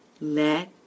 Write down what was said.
Let